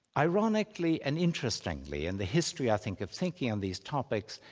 ironically and interestingly, and the history i think of thinking on these topics,